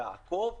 לעקוב,